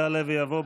יעלה ויבוא.